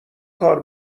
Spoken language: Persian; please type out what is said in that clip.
کار